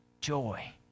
joy